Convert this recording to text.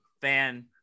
fan